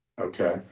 Okay